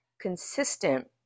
consistent